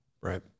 Right